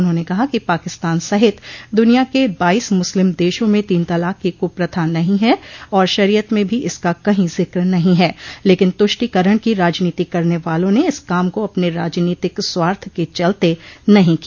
उन्होंने कहा कि पाकिस्तान सहित दुनिया के बाईस मुस्लिम देशों में तीन तलाक की कुप्रथा नहीं है और शरीयत में भी इसका कहीं जिक्र नहीं है लेकिन तुष्टीकरण की राजनीति करने वालों ने इस काम को अपने राजनीतिक स्वार्थ के चलते नहीं किया